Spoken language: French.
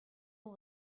ont